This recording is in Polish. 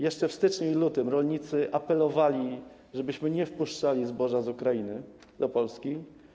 Jeszcze w styczniu i lutym rolnicy apelowali, żebyśmy nie wpuszczali zboża z Ukrainy do Polski.